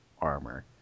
armor